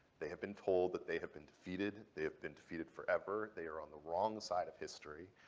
they have been told that they have been defeated. they have been defeated forever. they are on the wrong side of history.